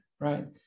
Right